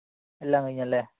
എല്ലാം കഴിഞ്ഞല്ലേ